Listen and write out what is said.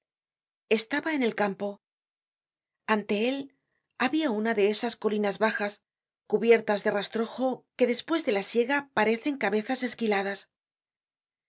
estaba en el campo ante él habia una de esas colinas bajas cubiertas de rastrojo que despues de la siega parecen cabezas esquiladas